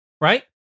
Right